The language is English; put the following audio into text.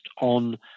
on